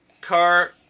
car